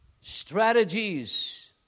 strategies